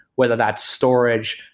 whether that's storage,